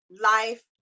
life